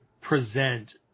present